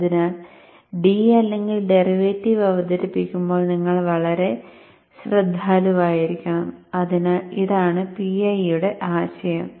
അതിനാൽ D അല്ലെങ്കിൽ derivative അവതരിപ്പിക്കുമ്പോൾ നിങ്ങൾ വളരെ ശ്രദ്ധാലുവായിരിക്കണം അതിനാൽ ഇതാണ് PI യുടെ ആശയം